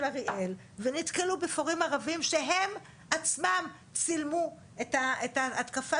אריאל ונתקלו בפורעים ערבים שהם עצמם צילמו את ההתקפה